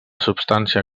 substància